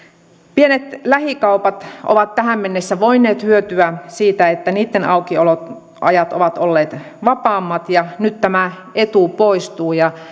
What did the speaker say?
pienet lähikaupat ovat tähän mennessä voineet hyötyä siitä että niitten aukioloajat ovat olleet vapaammat ja nyt tämä etu poistuu